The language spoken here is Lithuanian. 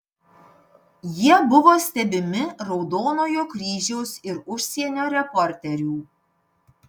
jie buvo stebimi raudonojo kryžiaus ir užsienio reporterių